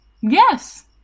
Yes